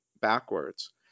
backwards